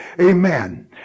Amen